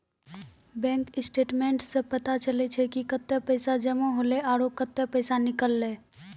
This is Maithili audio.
बैंक स्टेटमेंट्स सें पता चलै छै कि कतै पैसा जमा हौले आरो कतै पैसा निकललै